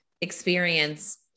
experience